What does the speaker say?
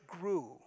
grew